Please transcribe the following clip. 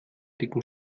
dicken